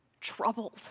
troubled